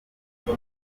buri